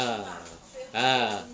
ah